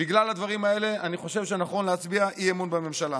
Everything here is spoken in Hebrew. בגלל הדברים האלה אני חושב שנכון להצביע אי-אמון בממשלה.